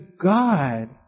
God